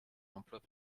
emplois